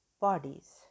bodies